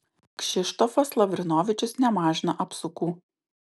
kšištofas lavrinovičius nemažina apsukų